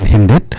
in the